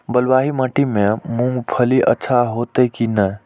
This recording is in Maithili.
बलवाही माटी में मूंगफली अच्छा होते की ने?